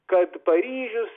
kad paryžius